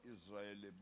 Israel